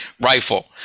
rifle